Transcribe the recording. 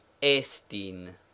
Estin